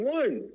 one